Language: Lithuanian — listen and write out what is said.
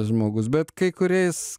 žmogus bet kai kuriais